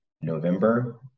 November